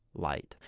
light.